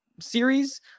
series